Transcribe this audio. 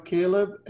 Caleb